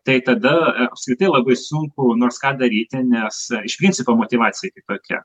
tai tada apskritai labai sunku nors ką daryti nes iš principo motyvacija kitokia